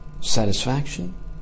satisfaction